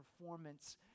performance